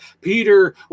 Peter